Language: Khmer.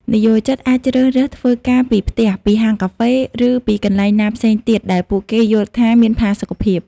និយោជិតអាចជ្រើសរើសធ្វើការពីផ្ទះ ពីហាងកាហ្វេ ឬពីកន្លែងណាផ្សេងទៀតដែលពួកគេយល់ថាមានផាសុកភាព។